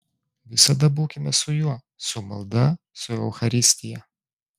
visada būkime su juo su malda su eucharistija